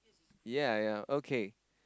ya ya okay